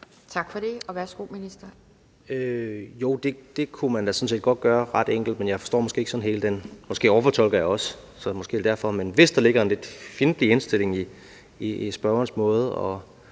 (Dan Jørgensen): Jo, det kunne man da sådan set godt gøre ret enkelt, men jeg forstår måske ikke helt – måske overfortolker jeg også, så måske er det derfor – hvis der ligger en lidt fjendtlig indstilling i spørgerens måde